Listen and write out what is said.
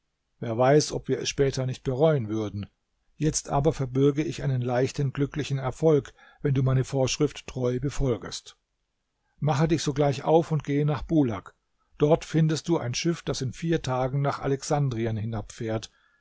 wer weiß ob wir es später nicht bereuen würden jetzt aber verbürge ich einen leichten glücklichen erfolg wenn du meine vorschrift treu befolgest mache dich sogleich auf und gehe nach bulak dort findest du ein schiff das in vier tagen nach alexandrien